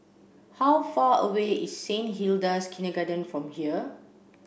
how far away is Saint Hilda's Kindergarten from here